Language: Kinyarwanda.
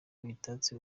bitatse